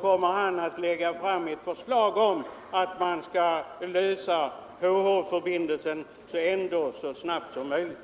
kommer han att lägga fram ett förslag om ordnande av HH-förbindelsen så snabbt som möjligt på annat sätt, om folketinget inte tar hela paketet.